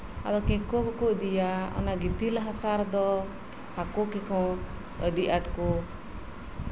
ᱟᱫᱚ ᱠᱟᱹᱠᱷᱩᱣᱟᱹ ᱠᱚᱠᱚ ᱤᱫᱤᱭᱟ ᱜᱤᱛᱤᱞ ᱦᱟᱥᱟ ᱨᱮᱫᱚ ᱦᱟᱹᱠᱩ ᱠᱚ ᱟᱹᱰᱤ ᱟᱸᱴ ᱠᱚ